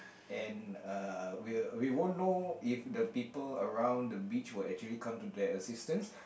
and uh will we won't know if the people around the beach will actually come to their assistance